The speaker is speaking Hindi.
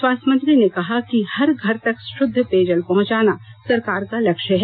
स्वास्थ्य मंत्री ने कहा कि हर घर तक शुद्ध पेयजल पहुंचाना सरकार का लक्ष्य है